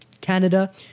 Canada